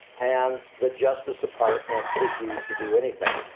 and the justice department refused to do anything.